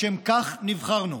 לשם כך נבחרנו.